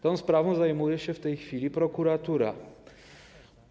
Tą sprawą zajmuje się w tej chwili prokuratura.